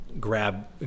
grab